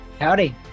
Howdy